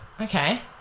Okay